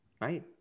Right